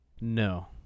No